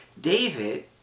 David